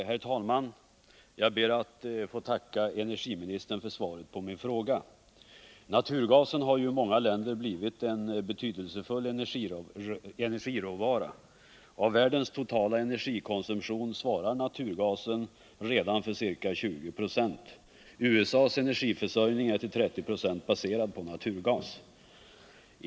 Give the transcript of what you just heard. Herr talman! Jag ber att få tacka energiministern för svaret på min fråga. Naturgasen har i många länder blivit en betydelsefull energiråvara. Av världens totala energikonsumtion svarar naturgasen redan för ca 20 96. USA:s energiförsörjning är till 30 26 baserad på naturgas.